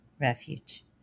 refuge